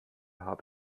habe